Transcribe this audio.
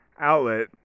outlet